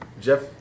Jeff